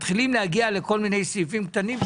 מתחילים להגיע לכל מיני סעיפים קטנים,